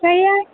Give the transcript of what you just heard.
से यऽ